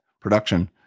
production